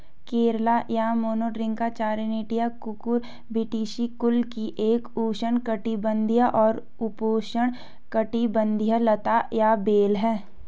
करेला या Momordica charantia Cucurbitaceae कुल की एक उष्णकटिबंधीय और उपोष्णकटिबंधीय लता या बेल है